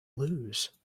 lose